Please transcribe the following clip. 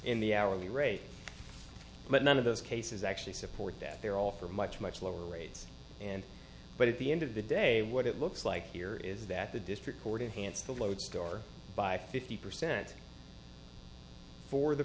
in the hourly rate but none of those cases actually support that they're all for much much lower rates and but at the end of the day what it looks like here is that the district court enhanced the lodestar by fifty percent for the